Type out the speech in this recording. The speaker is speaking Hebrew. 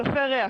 ספי ריח.